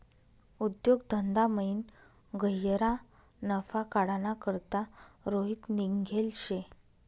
उद्योग धंदामयीन गह्यरा नफा काढाना करता रोहित निंघेल शे